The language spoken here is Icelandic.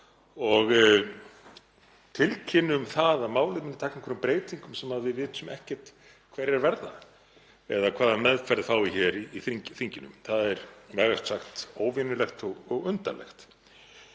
og tilkynni um það að málið muni taka einhverjum breytingum sem við vitum ekkert hverjar verða eða hvaða meðferð fái hér í þinginu. Það er vægast sagt óvenjulegt og undarlegt.